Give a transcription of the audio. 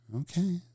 Okay